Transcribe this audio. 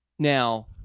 now